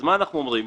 אז מה אנחנו אומרים?